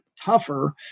tougher